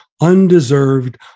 undeserved